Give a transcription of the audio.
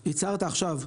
הצרת עכשיו,